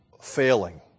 failing